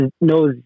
knows